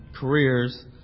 careers